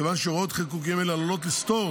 מכיוון שהוראות חיקוקים אלה עלולות לסתור